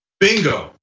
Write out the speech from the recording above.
bingo,